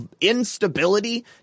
instability